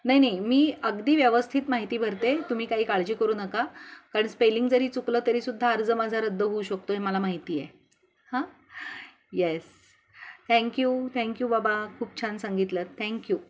नाही नाही मी अगदी व्यवस्थित माहिती भरते तुम्ही काही काळजी करू नका कारण स्पेलिंग जरी चुकलं तरीसुद्धा अर्ज माझा रद्द होऊ शकतो हे मला माहिती आहे हां येस थँक्यू थँक्यू बाबा खूप छान सांगितलंत थँक्यू